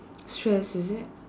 stress is it